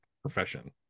profession